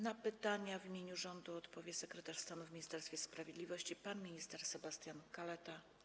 Na pytania w imieniu rządu odpowie sekretarz stanu w Ministerstwie Sprawiedliwości pan minister Sebastian Kaleta.